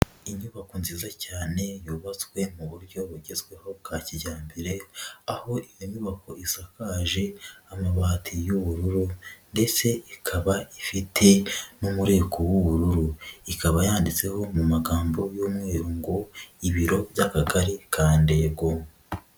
Inyubako nziza cyane yubatswe mu buryo bugezweho bwa kijyambere aho iyo nyubako isakaje amabati y'ubururu ndetse ikaba ifite n'umureko w'ubururu, ikaba yanditseho mu magambo y'umweru ngo ibiro by'Akagari ka Ndego.